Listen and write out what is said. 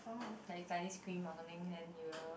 like you suddenly scream or something then it will